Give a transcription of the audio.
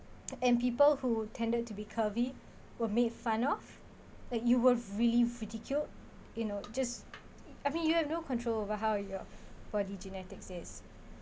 and people who tended to be curvy were made fun of like you will really pretty cute you know just I mean you have no control over how your body genetics is